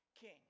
king